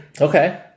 Okay